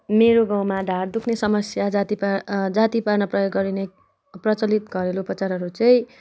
मेरो गाउँमा ढाँड दुख्ने समस्या जाती पा जाती पार्न प्रयोग गरिने प्रचलित घरेलु उपचारहरू चाहिँ